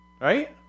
Right